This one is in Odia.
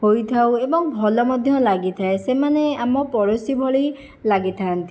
ହୋଇଥାଉ ଏବଂ ଭଲ ମଧ୍ୟ ଲାଗିଥାଏ ସେମାନେ ଆମ ପଡ଼ୋଶୀ ଭଳି ଲାଗିଥାନ୍ତି